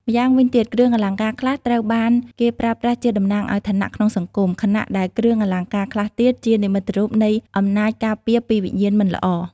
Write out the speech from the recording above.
ម៉្យាងវិញទៀត គ្រឿងអលង្ការខ្លះត្រូវបានគេប្រើប្រាស់ជាតំណាងឱ្យឋានៈក្នុងសង្គម ខណៈដែលគ្រឿងអលង្ការខ្លះទៀតជានិមិត្តរូបនៃអំណាចការពារពីវិញ្ញាណមិនល្អ។